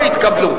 מטה הסברה לאומי,